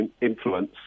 influence